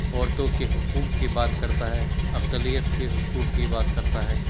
عورتوں کے حقوق کی بات کرتا ہے اقلیت کے حقوق کی بات کرتا ہے